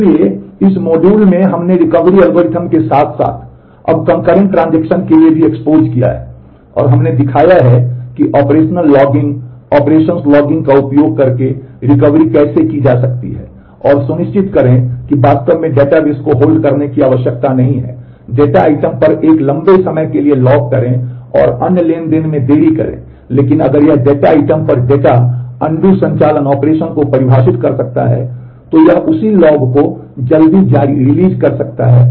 इसलिए इस मॉड्यूल में हमने रिकवरी एल्गोरिदम के साथ साथ अब कंकरेंट ट्रांजेक्शन्स के लिए भी एक्सपोज़ किया है और हमने दिखाया है कि ऑपरेशनल लॉगिंग ऑपरेशंस लॉगिंग का उपयोग करके रिकवरी कैसे की जा सकती है और सुनिश्चित करें कि वास्तव में डेटाबेस को होल्ड करने की आवश्यकता नहीं है डेटा आइटम पर एक लंबे समय के लिए लॉक करें और अन्य ट्रांज़ैक्शन में देरी करें लेकिन अगर यह डेटा आइटम पर डेटा पर अनडू करने के लिए कर सकता है